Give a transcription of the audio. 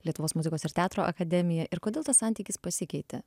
lietuvos muzikos ir teatro akademiją ir kodėl tas santykis pasikeitė